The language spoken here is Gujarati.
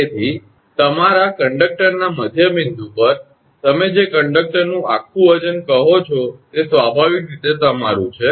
તેથી તમારા કંડકટર ના મધ્યબિંદુ પર તમે જે કંડક્ટરનું આખું વજન કહો છો તે સ્વાભાવિક રીતે તમારું છે